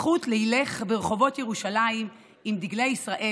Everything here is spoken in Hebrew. זכות לילך ברחובות ירושלים עם דגלי ישראל.